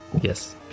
Yes